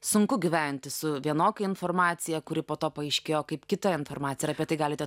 sunku gyventi su vienokia informacija kuri po to paaiškėjo kaip kita informacija ir apie tai galite